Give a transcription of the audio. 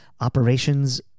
operations